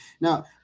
Now